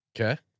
Okay